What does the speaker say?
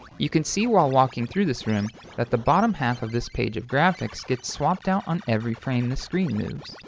you can see while walking through this room that the bottom half of this page of graphics gets swapped out on every frame the screen moves.